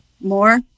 more